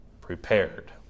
prepared